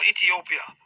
Ethiopia